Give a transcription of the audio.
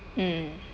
mm